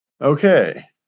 Okay